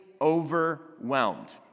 overwhelmed